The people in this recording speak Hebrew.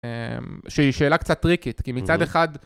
שהיא שאלה קצת טריקית, כי מצד אחד...